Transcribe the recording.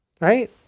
right